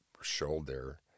shoulder